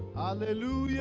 the last